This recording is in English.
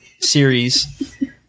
series